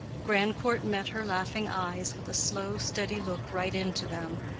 grandcourt met her laughing eyes with a slow, steady look right into them,